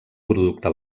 producte